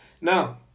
Now